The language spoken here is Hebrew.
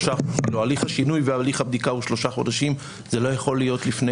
הליך השינוי והליך הבדיקה הוא שלושה חודשים וזה לא יכול להיות לפני.